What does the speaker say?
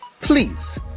please